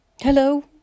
Hello